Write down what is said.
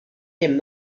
dem